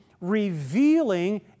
revealing